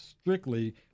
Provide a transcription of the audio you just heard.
strictly